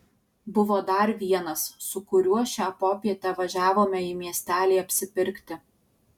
buvo dar vienas su kuriuo šią popietę važiavome į miestelį apsipirkti